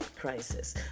crisis